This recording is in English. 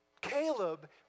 Caleb